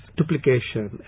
duplication